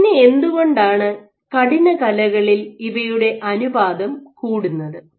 പിന്നെ എന്തുകൊണ്ടാണ് കഠിന കലകളിൽ ഇവയുടെ അനുപാതം കൂടുന്നത്